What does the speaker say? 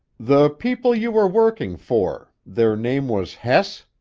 the people you were working for their name was hess?